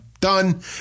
done